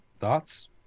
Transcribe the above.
Thoughts